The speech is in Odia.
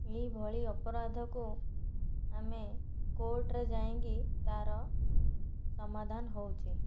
ଏହିଭଳି ଆପରାଧକୁ ଆମେ କୋର୍ଟରେ ଯାଇକି ତା'ର ସମାଧାନ ହେଉଛି